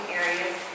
areas